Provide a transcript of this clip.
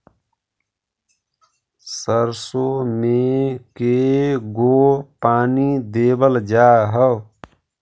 सरसों में के गो पानी देबल जा है?